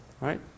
right